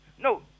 No